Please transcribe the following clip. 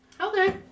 Okay